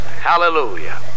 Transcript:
hallelujah